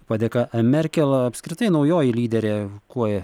padėka merkel apskritai naujoji lyderė kuo